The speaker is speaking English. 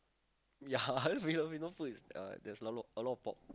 ya Filipino food is uh there's a lot a lot of pork